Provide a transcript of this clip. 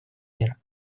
мира